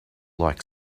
like